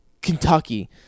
Kentucky